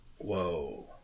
Whoa